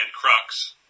Crux